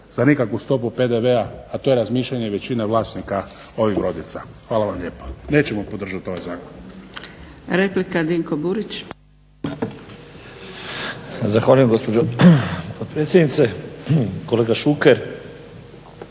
za nikakvu stopu PDV-a, a to je razmišljanje većine vlasnika ovih brodica. Hvala vam lijepa. Nećemo podržati ovaj zakon.